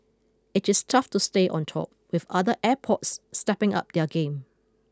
it is tough to stay on top with other airports stepping up their game